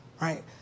Right